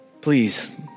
please